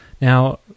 now